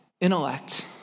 intellect